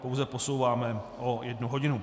Pouze posouváme o jednu hodinu.